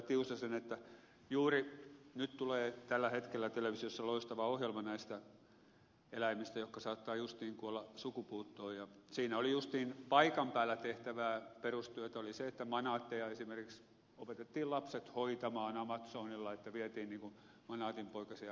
tiusasen että juuri nyt tulee tällä hetkellä televisiossa loistava ohjelma näistä eläimistä jotka saattavat justiin kuolla sukupuuttoon ja siinä justiin paikan päällä tehtävää perustyötä oli se että manaatteja esimerkiksi opetettiin lapset hoitamaan amazonilla että vietiin niin kuin manaatinpoikasia ja muuta